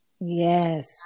Yes